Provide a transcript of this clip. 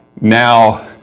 Now